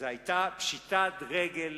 זו היתה פשיטת רגל